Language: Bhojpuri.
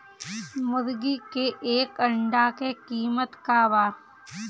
मुर्गी के एक अंडा के कीमत का बा?